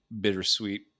bittersweet